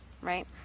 right